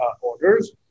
orders